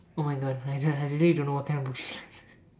oh my god I really don't know what kind of book she like